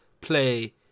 play